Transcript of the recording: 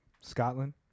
Scotland